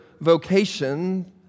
vocation